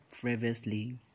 previously